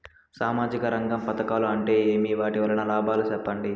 సామాజిక రంగం పథకాలు అంటే ఏమి? వాటి వలన లాభాలు సెప్పండి?